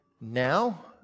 now